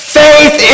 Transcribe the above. faith